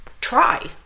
Try